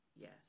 Yes